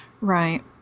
Right